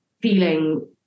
feeling